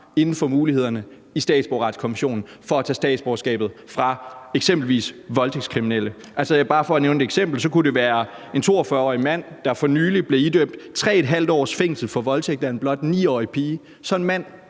inden for mulighederne i statsborgerretskonventionen for at tage statsborgerskabet fra eksempelvis voldtægtskriminelle. Altså, bare for at nævne et eksempel kunne det være en 42-årig mand, der for nylig blev idømt 3½ års fængsel for voldtægt af en blot 9-årig pige. Sådan en mand